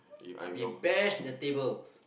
I'll be bash the table